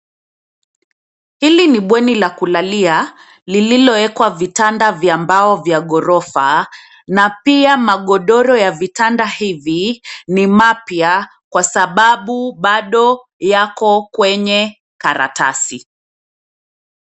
Hili ni bweni la kulalia lililoekwa vitanda vya mbao vya ghorofa na pia magodoro ya vitanda hivi ni mapya kwa sababu bado yako kwenye karatasi.